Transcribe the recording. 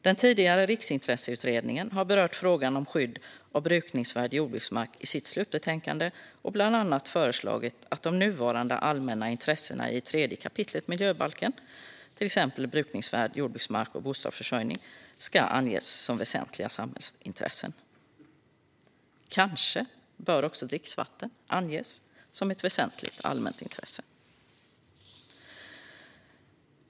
Den tidigare Riksintresseutredningen har berört frågan om skydd av brukningsvärd jordbruksmark i sitt slutbetänkande och bland annat föreslagit att de nuvarande allmänna intressena i 3 kap. miljöbalken, till exempel brukningsvärd jordbruksmark och bostadsförsörjning, ska anges som väsentliga allmänintressen. Kanske bör också dricksvatten anges som ett väsentligt allmänintresse.